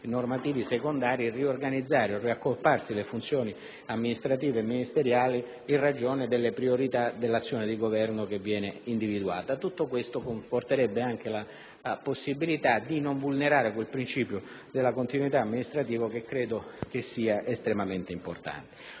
normativi secondari, riorganizzare o riaccorpare le funzioni amministrative e ministeriali in ragione delle priorità dell'azione di Governo individuata. Tutto questo consentirebbe anche di non vulnerare il principio della continuità amministrativa che credo sia estremamente importante.